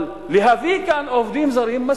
אבל להביא לכאן עובדים זרים?